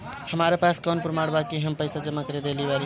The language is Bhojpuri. हमरा पास कौन प्रमाण बा कि हम पईसा जमा कर देली बारी?